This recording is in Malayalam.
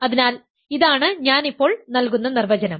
അതിനാൽ ഇതാണ് ഞാൻ ഇപ്പോൾ നൽകുന്ന നിർവചനം